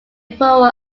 imperial